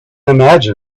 imagine